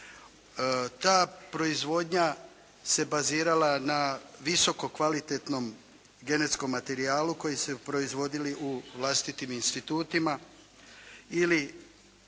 Ta proizvodnja se bazirala na visoko kvalitetnom genetskom materijalu koji su proizvodili u vlastitim institutima ili